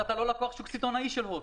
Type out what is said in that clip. אתה לא לקוח שוק סיטונאי של הוט.